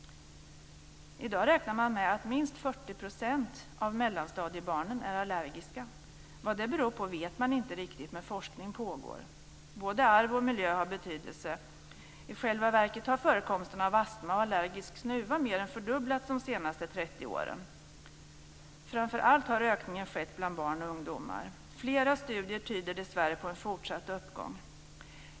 I dag räknar man med att minst 40 % av mellanstadiebarnen är allergiska. Vad det beror på vet man inte riktigt, men forskning pågår. Både arv och miljö har betydelse. I själva verket har förekomsten av astma och allergisk snuva mer än fördubblats de senaste 30 åren. Framför allt har ökningen skett bland barn och ungdomar. Flera studier tyder dessvärre på en fortsatt uppgång.